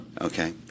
Okay